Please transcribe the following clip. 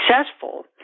successful